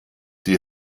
die